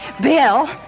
Bill